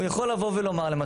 הוא יכול לומר למשל,